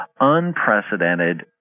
unprecedented